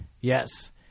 yes